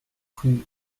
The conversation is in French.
rue